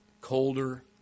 colder